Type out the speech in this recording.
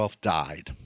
died